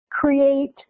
create